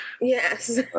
Yes